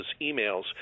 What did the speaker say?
emails